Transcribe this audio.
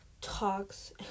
talks